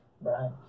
right